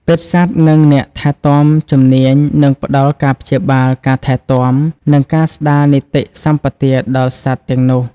ពេទ្យសត្វ និងអ្នកថែទាំជំនាញនឹងផ្តល់ការព្យាបាល ការថែទាំ និងការស្តារនីតិសម្បទាដល់សត្វទាំងនោះ។